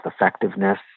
effectiveness